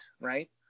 right